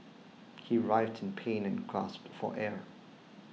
he writhed in pain and gasped for air